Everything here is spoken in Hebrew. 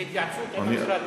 אני --- בהתייעצות עם המשרד.